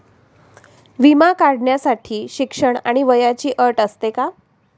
विमा काढण्यासाठी शिक्षण आणि वयाची अट असते का?